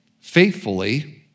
faithfully